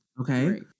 Okay